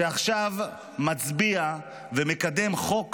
שעכשיו מצביע ומקדם חוק